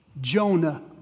Jonah